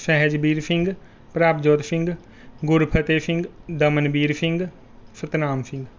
Sahajveer Singh Prabhjot Singh Gurfateh Singh Damanveer Singh Satnam Singh